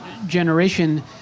generation